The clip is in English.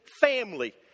family